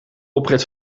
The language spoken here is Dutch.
oprit